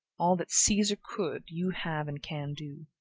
all that caesar could, you have and can do.